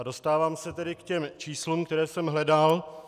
Dostávám se tedy k těm číslům, které jsem hledal.